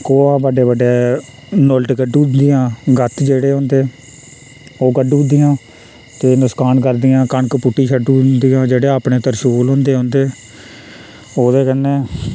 घोआं बड्डे बड्डे नोलड कड्डूदियां गत्त जेह्डे होंदे ओह् कड्डुदियां ते नकसान करदियां कनक पुट्टी छंडुड दियां जेह्ड़े अपने त्रशूल होंदे उंदे ओह्दे कन्नै